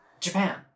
Japan